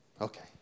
Okay